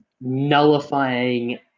nullifying